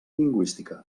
lingüística